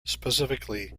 specifically